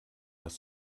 was